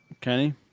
Kenny